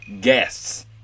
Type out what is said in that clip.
guests